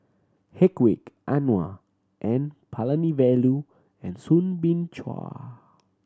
Hedwig Anuar N Palanivelu and Soo Bin Chua